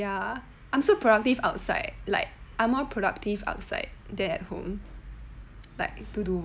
ya I'm so productive outside like I'm more productive outside than at home like to do work